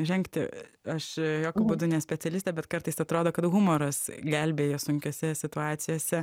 žengti aš jokiu būdu ne specialistė bet kartais atrodo kad humoras gelbėja sunkiose situacijose